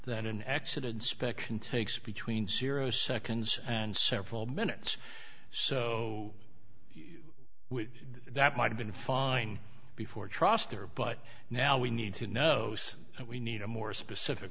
that an accident spec can take speech means zero seconds and several minutes so that might have been fine before trost there but now we need to know we need a more specific